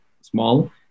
small